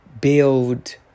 build